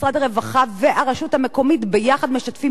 משרד הרווחה והרשות המקומית ביחד משתפים